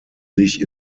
sich